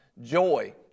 Joy